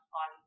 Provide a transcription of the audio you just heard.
on